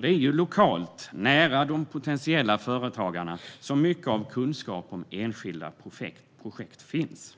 Det är lokalt, nära de potentiella företagarna, som mycket av kunskapen om enskilda projekt finns.